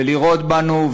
ולירות בנו,